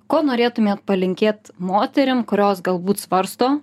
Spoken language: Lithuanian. ko norėtumėt palinkėt moterim kurios galbūt svarsto